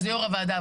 אז יו"ר הוועדה.